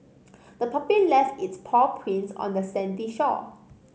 the puppy left its paw prints on the sandy shore